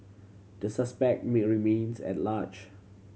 the suspect remains at large